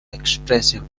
expressive